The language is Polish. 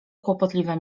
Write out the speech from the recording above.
kłopotliwe